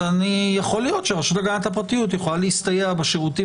אז יכול להיות שהרשות הגנת הפרטיות יכולה להסתייע בשירותים